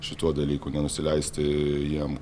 šituo dalyku nenusileisti jiem